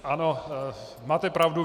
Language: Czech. Ano, máte pravdu.